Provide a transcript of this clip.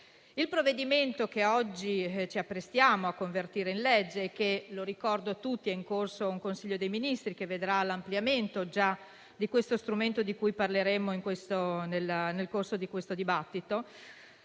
Il provvedimento che oggi ci apprestiamo a convertire in legge - ricordo a tutti che è in corso un Consiglio dei ministri che vedrà l'ampliamento dello strumento di cui parleremo nel corso di questo dibattito